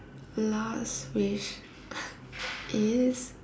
last wish is